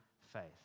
faith